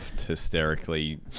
hysterically